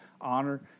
honor